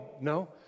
No